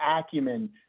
acumen